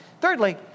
Thirdly